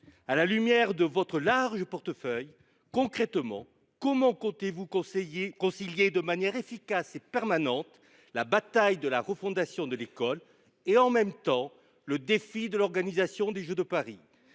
À la lumière de votre large portefeuille, comment comptez vous concilier de manière efficace et permanente la bataille de la refondation de l’école et, en même temps, le défi de l’organisation des Jeux de Paris ?